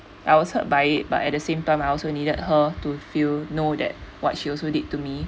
I was hurt by it but at the same time I also needed her to feel know that what she was also did it to me